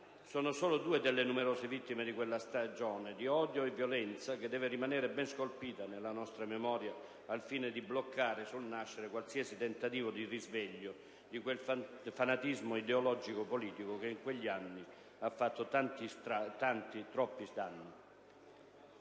sono solo due delle numerose vittime di quella stagione di odio e violenza che deve rimanere ben scolpita nella nostra memoria al fine di bloccare sul nascere qualsiasi tentativo di risveglio di quel fanatismo ideologico-politico che, in quegli anni, ha fatto tanti, troppi danni.